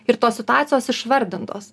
ir tos situacijos išvardintos